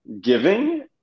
giving